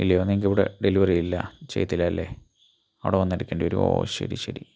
ഇല്ലയോ നിങ്ങൾക്ക് ഇവിടെ ഡെലിവറി ഇല്ല ചെയ്യത്തില്ല അല്ലേ അവിടെ വന്ന് എടുക്കേണ്ടി വരുമോ ഓ ശരി ശരി